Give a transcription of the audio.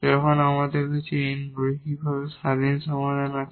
যখন আমাদের কাছে 𝑛 লিনিয়ারভাবে ইন্ডিপেন্ডেট সমাধান আছে